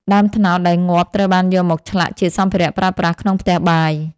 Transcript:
ដើមត្នោតដែលងាប់ត្រូវបានយកមកឆ្លាក់ជាសម្ភារៈប្រើប្រាស់ក្នុងផ្ទះបាយ។